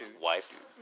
wife